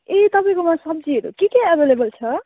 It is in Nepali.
ए तपाईँकोमा सब्जीहरू के के एभाइलेबल छ